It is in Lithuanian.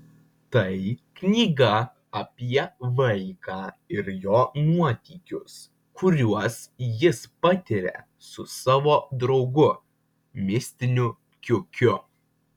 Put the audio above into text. tai knyga apie vaiką ir jo nuotykius kuriuos jis patiria su savo draugu mistiniu kiukiu